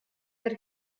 per